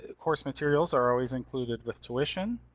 ah course materials are always included with tuition.